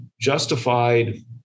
justified